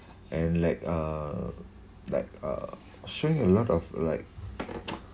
and like uh like uh showing a lot of like